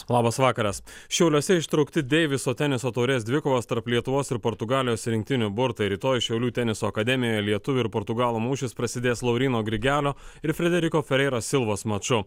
labas vakaras šiauliuose ištraukti deiviso teniso taurės dvikovos tarp lietuvos ir portugalijos rinktinių burtai rytoj šiaulių teniso akademijoje lietuvių ir portugalų mūšis prasidės lauryno grigelio ir frederiko fereiro silvos maču